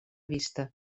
vista